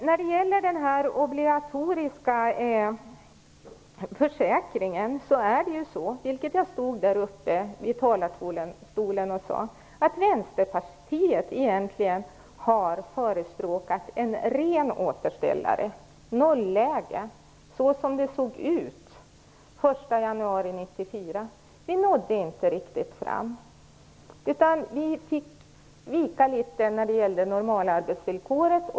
När det gäller den obligatoriska försäkringen har Vänsterpartiet, som jag sade från talarstolen, egentligen förespråkat en ren återställare, noll-läge, så som det såg ut den 1 januari 1994. Vi nådde inte riktigt fram, utan vi fick vika litet när det gäller normalarbetsvillkoret.